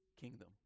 kingdom